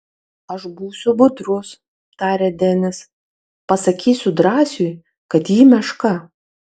aš būsiu budrus tarė denis pasakysiu drąsiui kad ji meška